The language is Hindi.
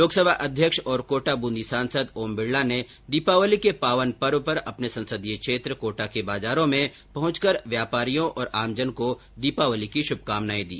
लोकसभा अध्यक्ष और कोटा बूंदी सांसद ओम बिडला ने दीपावली के पावन पर्व पर अपने संसदीय क्षेत्र कोटा के बाजारों में पहुँचकर व्यापारियों और आमजन को दीपावली की शुभकामनाएं दी